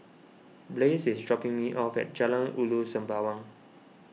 Blaze is dropping me off at Jalan Ulu Sembawang